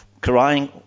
crying